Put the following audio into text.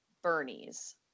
bernie's